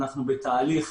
אנחנו בתהליך